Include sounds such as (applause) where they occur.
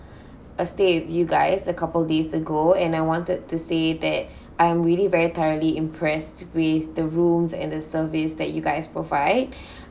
(breath) a stay with you guys a couple days ago and I wanted to say that I am really very thoroughly impressed with the rooms and the service that you guys provide (breath)